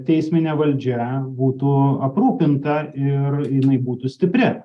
teisminė valdžia būtų aprūpinta ir jinai būtų stipri